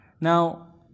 Now